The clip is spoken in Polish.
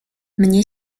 mnie